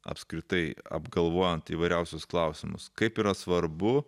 apskritai apgalvojant įvairiausius klausimus kaip yra svarbu